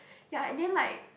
ya and then like